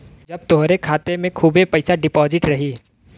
जब तोहरे खाते मे खूबे पइसा डिपोज़िट रही